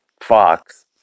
Fox